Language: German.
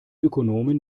ökonomen